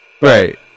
Right